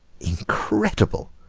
incredible!